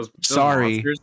sorry